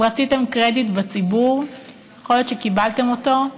אם רציתם קרדיט בציבור, יכול להיות שקיבלתם אותו,